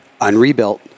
unrebuilt